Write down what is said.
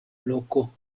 loko